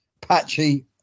patchy